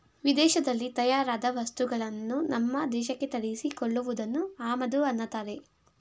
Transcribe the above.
ವಿದೇಶದಲ್ಲಿ ತಯಾರಾದ ವಸ್ತುಗಳನ್ನು ನಮ್ಮ ದೇಶಕ್ಕೆ ತರಿಸಿ ಕೊಳ್ಳುವುದನ್ನು ಆಮದು ಅನ್ನತ್ತಾರೆ